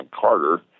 Carter